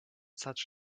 such